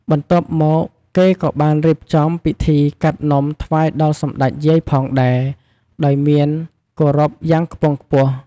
បន្ទាប់មក គេក៏បានរៀបចំពិធីកាត់នំថ្វាយដល់សម្តេចយាយផងដែរ ដោយមានគោរពយ៉ាងខ្ពង់ខ្ពស់។